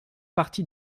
partie